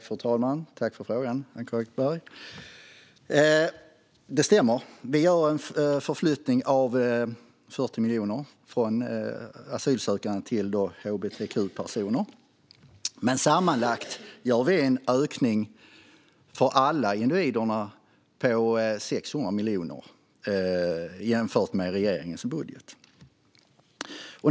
Fru talman! Tack för frågan, Acko Ankarberg Johansson! Det stämmer att vi gör en förflyttning av 40 miljoner från asylsökande till hbtq-personer. Men sammanlagt gör vi en ökning för alla individer på 600 miljoner jämfört med regeringens budget.